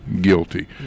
guilty